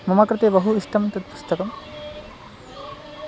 मम कृते बहु इष्टं तत् पुस्तकम्